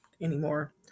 anymore